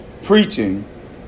Preaching